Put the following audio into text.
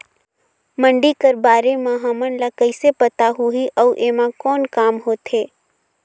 मंडी कर बारे म हमन ला कइसे पता होही अउ एमा कौन काम होथे?